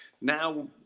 now